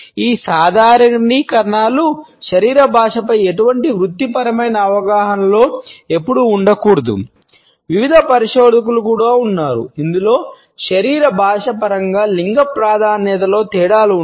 ఈ సాధారణీకరణలు శరీర భాషపై ఎటువంటి వృత్తిపరమైన అవగాహనలో ఎప్పుడూ ఉండకూడదు వివిధ పరిశోధకులు కూడా ఉన్నారు ఇందులో శరీర భాష పరంగా లింగ ప్రాధాన్యతలలో తేడాలు ఉన్నాయి